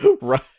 Right